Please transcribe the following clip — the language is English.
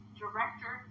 director